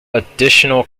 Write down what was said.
additional